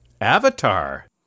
Avatar